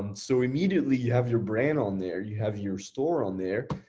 um so immediately you have your brand on there, you have your store on there.